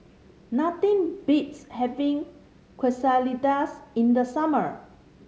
nothing beats having Quesadillas in the summer